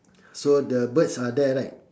so the birds are there right